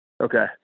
Okay